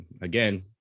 again